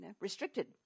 restricted